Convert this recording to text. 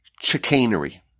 chicanery